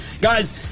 Guys